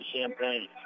Champagne